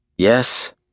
Yes